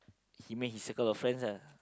he make his circle of friends ah